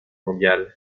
mondiale